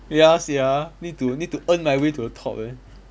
ya sia need to need to earn my way to the top eh